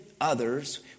others